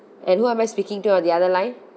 and who am I speaking to on the other line